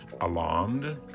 alarmed